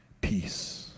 peace